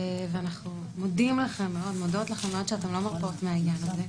ואנחנו מודות לכם מאוד שאתן לא מרפות מהעניין הזה,